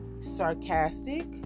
Sarcastic